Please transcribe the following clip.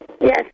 Yes